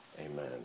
amen